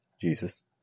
Jesus